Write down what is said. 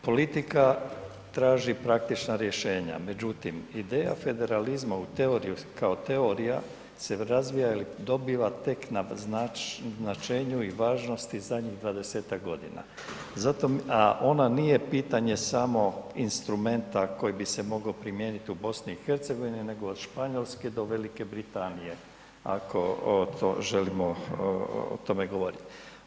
Politika traži praktična rješenja, međutim ideja federalizma u teoriji kao teorija se razvija ili dobiva tek na značenju i važnosti zadnjih 20.-tak g., a ona nije pitanje samo instrumenta koji bi se mogao primijeniti u BiH, nego od Španjolske do Velike Britanije ako želimo o tome govorit.